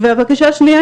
והבקשה השנייה,